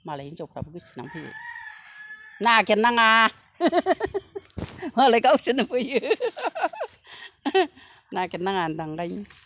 मालाय हिनजावफ्राबो गोसथोनानै फैयो नागिरनाङा मालाय गावसोरनो फैयो नागिरनाङा होनदां ओंखायनो